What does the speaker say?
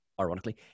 Ironically